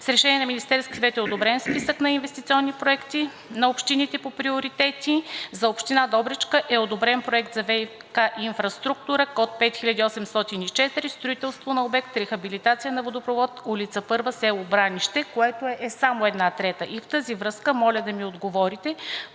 С решение на Министерския съвет е одобрен списък на инвестиционни проекти на общините по приоритети. За община Добричка е одобрен проект за ВиК инфраструктура код 5804, строителство на обект „Рехабилитация на водопровод по ул. „Първа“ село Бранище“, което е само една трета. В тази връзка моля да ми отговорите